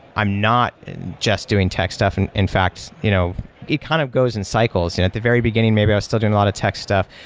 i'm not just doing tech stuff. and in fact, you know it kind of goes in cycles. at the very beginning maybe i was still doing a lot of tech stuff,